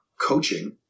coaching